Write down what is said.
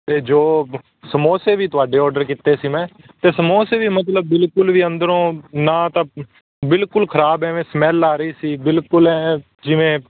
ਅਤੇ ਜੋ ਬ ਸਮੋਸੇ ਵੀ ਤੁਹਾਡੇ ਆਰਡਰ ਕੀਤੇ ਸੀ ਮੈਂ ਅਤੇ ਸਮੋਸੇ ਵੀ ਮਤਲਬ ਬਿਲਕੁਲ ਵੀ ਅੰਦਰੋਂ ਨਾ ਤਾਂ ਬਿਲਕੁਲ ਖਰਾਬ ਐਵੇਂ ਸਮੈਲ ਆ ਰਹੀ ਸੀ ਬਿਲਕੁਲ ਐਂ ਜਿਵੇਂ